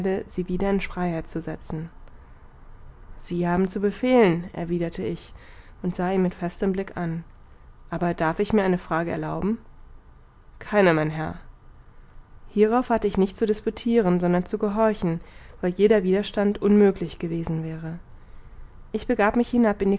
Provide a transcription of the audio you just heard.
sie wieder in freiheit zu setzen sie haben zu befehlen erwiderte ich und sah ihn mit festem blick an aber darf ich mir eine frage erlauben keine mein herr hierauf hatte ich nicht zu disputiren sondern zu gehorchen weil jeder widerstand unmöglich gewesen wäre ich begab mich